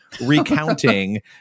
recounting